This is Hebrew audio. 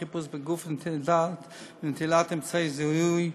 חיפוש בגוף ונטילת אמצעי זיהוי),